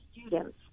students